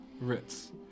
Ritz